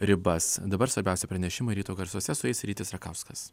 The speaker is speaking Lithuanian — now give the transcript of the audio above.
ribas dabar svarbiausi pranešimai ryto garsuose su jais rytis rakauskas